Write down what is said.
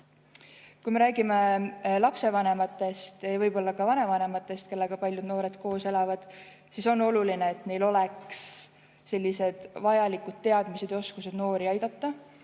Kui me räägime lapsevanematest ja võib-olla ka vanavanematest, kellega paljud noored koos elavad, siis on oluline, et neil oleks vajalikud teadmised ja oskused noori aidata.